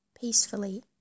peacefully